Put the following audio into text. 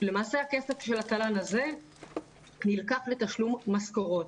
למעשה הכסף של התל"ן הזה נלקח לתשלום משכורות.